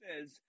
says